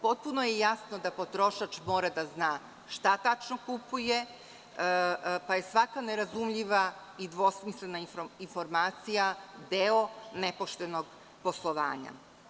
Potpuno je jasno da potrošač mora da zna šta tačno kupuje, pa je svaka nerazumljiva i dvosmislena informacija deo nepoštenog poslovanja.